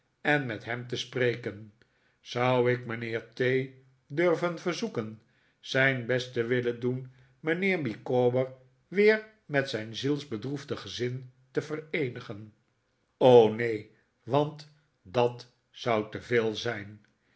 en met hem te spreken zou ik mijnheer t durven verzoeken zijn best te willen doen mijnheer micawber weer met zijn zielsbedroefde gezin te vereenigen o neen want dat zou te veel zijn